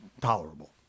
tolerable